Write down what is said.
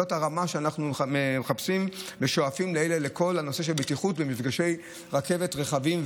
זאת הרמה שאנחנו מחפשים ושואפים לכל הנושא של בטיחות במפגשי רכבת רחבים,